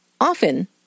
Often